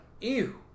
ew